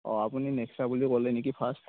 অ আপুনি নেক্সা বুলি ক'লে নেকি ফাষ্ট